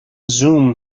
zoom